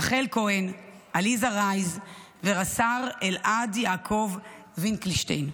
רחל כהן, עליזה רייז, ורס"ר אלעד יעקב וינקלשטיין,